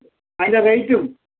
അതിന്റെ റേറ്റും